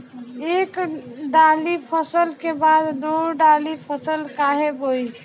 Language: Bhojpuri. एक दाली फसल के बाद दो डाली फसल काहे बोई?